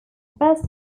best